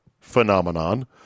phenomenon